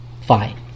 fine